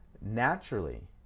Naturally